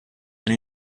and